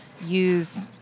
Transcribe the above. use